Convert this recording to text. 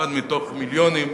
אחת מתוך מיליונים,